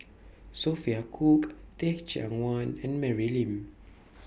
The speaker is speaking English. Sophia Cooke Teh Cheang Wan and Mary Lim